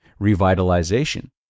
revitalization